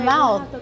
mouth